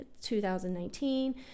2019